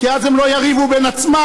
כי אז הם לא יריבו בין עצמם,